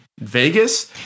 Vegas